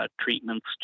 treatments